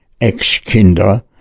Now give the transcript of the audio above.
ex-Kinder